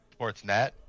Sportsnet